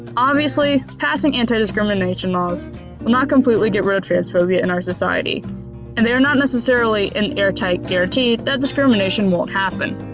obviously passing anti-discrimination laws will not completely get rid of transphobia in our society and they're not necessarily an air tight guarantee that discrimination won't happen.